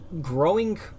growing